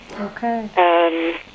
Okay